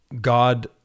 God